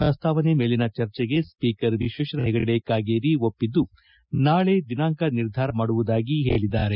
ಪ್ರಸ್ತಾವನೆ ಮೇಲಿನ ಚರ್ಜೆಗೆ ಸ್ವೀಕರ್ ವಿಶ್ವೇಶ್ವರ ಹೆಗಡೆ ಕಾಗೇರಿ ಒಪ್ಪಿದ್ದು ಚರ್ಜೆಗೆ ದಿನಾಂಕ ನಿರ್ಧಾರ ಮಾಡುವುದಾಗಿ ಹೇಳಿದ್ದಾರೆ